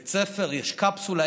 לבית ספר, יש קפסולה?